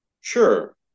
Sure